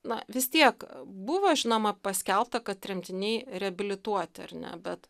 na vis tiek buvo žinoma paskelbta kad tremtiniai reabilituoti ar ne bet